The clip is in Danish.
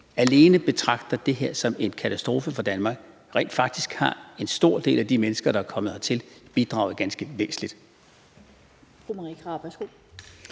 alene betragter det her som en katastrofe for Danmark. Rent faktisk har en stor del af de mennesker, der er kommet hertil, bidraget ganske væsentligt.